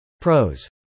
Pros